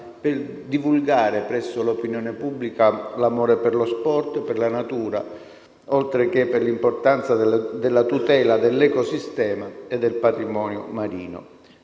per divulgare presso l'opinione pubblica l'amore per lo sport e per la natura, oltre che l'importanza della tutela dell'ecosistema e del patrimonio marino.